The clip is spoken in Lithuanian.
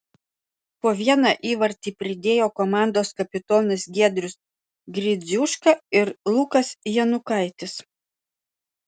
po vieną įvartį pridėjo komandos kapitonas giedrius gridziuška ir lukas janukaitis